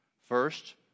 First